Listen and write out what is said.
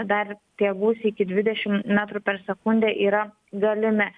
dar tie gūsiai iki dvidešimt metrų per sekundę yra galimi